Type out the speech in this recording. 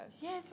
Yes